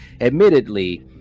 admittedly